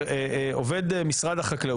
צריך לעבור דרך ועדה ציבורית